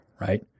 right